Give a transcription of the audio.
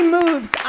moves